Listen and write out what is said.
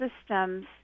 systems